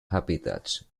habitats